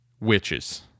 witches